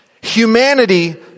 Humanity